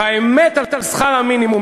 האמת על שכר המינימום.